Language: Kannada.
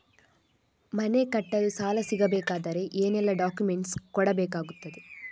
ಮನೆ ಕಟ್ಟಲು ಸಾಲ ಸಿಗಬೇಕಾದರೆ ಏನೆಲ್ಲಾ ಡಾಕ್ಯುಮೆಂಟ್ಸ್ ಕೊಡಬೇಕಾಗುತ್ತದೆ?